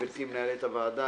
גברתי מנהלת הוועדה,